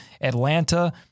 Atlanta